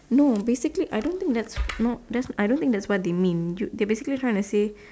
no basically I don't think that's no that's I don't think that's what they mean you they basically trying to say